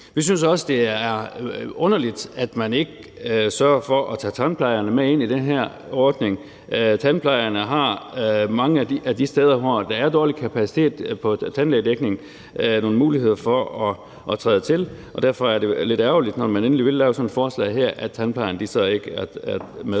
Vi synes også, det er underligt, at man ikke sørger for at tage tandplejerne med ind i den her ordning. Tandplejerne har mange af de steder, hvor der er dårlig kapacitet på tandlægedækning, nogle muligheder for at træde til, og derfor er det lidt ærgerligt, når man endelig vil lave et sådant forslag her, at tandplejerne så ikke er med.